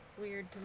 weird